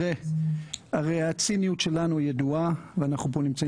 הרי הציניות שלנו ידועה ואנחנו נמצאים